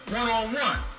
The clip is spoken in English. one-on-one